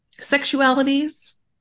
sexualities